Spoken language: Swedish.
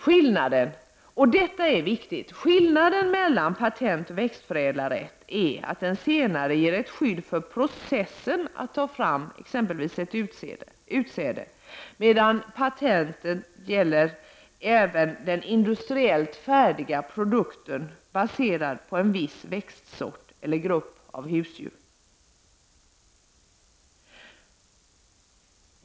Skillnaden — och detta är viktigt — mellan patentoch växtförädlarrätt är att den senare ger ett skydd för processen att ta fram exempelvis ett utsäde, medan patentet även gäller den industriellt färdiga produkten, baserad på en viss växtsort eller grupp av husdjur.